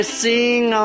sing